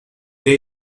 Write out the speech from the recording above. they